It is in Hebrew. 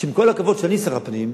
שעם כל הכבוד שאני שר הפנים,